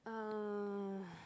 uh